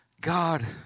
God